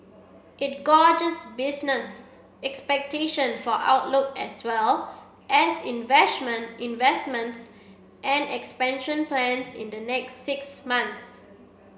it gauges business expectation for outlook as well as investment investments and expansion plans in the next six months